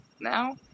now